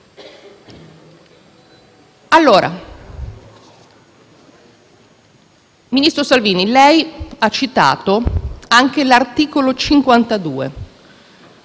agitata. Ministro Salvini, lei ha citato anche l'articolo 52